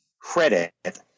credit